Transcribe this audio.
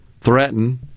threaten